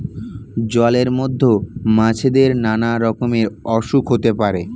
জলের মধ্যে মাছেদের নানা রকমের অসুখ হতে পারে